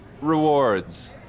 rewards